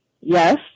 Yes